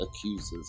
accusers